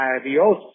adios